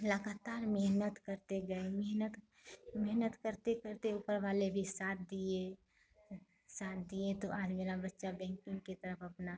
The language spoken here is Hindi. लगातार मेहनत करते गए मेहनत मेहनत करते करते ऊपर वाले भी साथ दिए साथ दिए तो आज मेरा बच्चा बैंकिन्ग की तरफ अपना